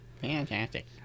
Fantastic